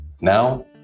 Now